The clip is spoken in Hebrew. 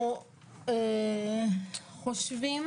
אנחנו חושבים